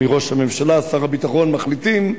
ראש הממשלה ושר הביטחון מחליטים,